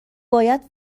باید